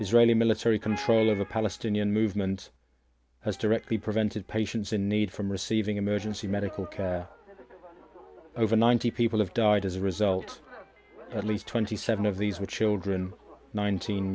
israeli military control of the palestinian movement has directly prevented patients in need from receiving emergency medical care over ninety people have died as a result at least twenty seven of these were children nineteen